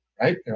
Right